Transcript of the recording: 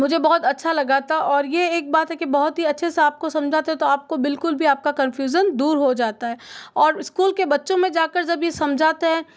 मुझे बहुत अच्छा लगा था यह एक बात है कि बहुत अच्छे से आपको समझते हैं आपको बिल्कुल भी आपका कन्फ़्युशन दूर हो जाता है और स्कूल के बच्चों में जाकर जब यह समझाते हैं